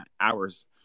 hours